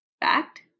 Fact